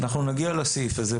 אנחנו נגיע לסעיף הזה.